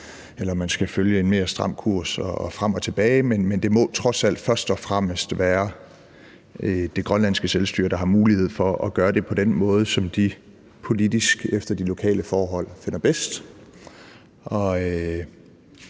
eller man skal følge en mere stram kurs og frem og tilbage. Men det må trods alt først og fremmest være det grønlandske selvstyre, der har mulighed for at gøre det på den måde, som de politisk efter de lokale forhold finder bedst.